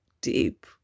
deep